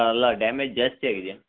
ಅಲ್ಲ ಡ್ಯಾಮೇಜ್ ಜಾಸ್ತಿ ಆಗಿದೆಯಾ